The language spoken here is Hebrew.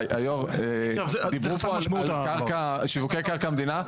היו"ר, דיברו כאן על שירותי קרקע של המדינה.